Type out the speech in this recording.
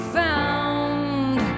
found